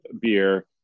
beer